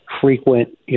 frequent